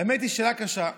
האמת היא, שאלה קשה.